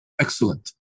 Excellent